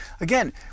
again